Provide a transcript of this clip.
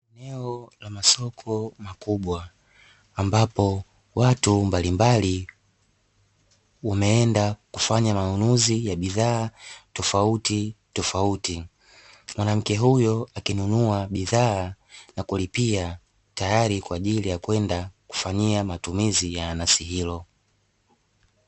Eneo la masoko makubwa, ambapo watu mbalimbali wameenda kufanya manunuzi ya bidhaa tofautitofauti. Mwanamke huyo akininunua bidhaa na kulipia tayari kwa ajili ya kwenda na kufanyia matumizi ya nanasi hilo.